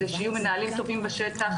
כדי שיהיו מנהלים טובים בשטח,